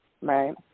Right